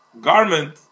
garment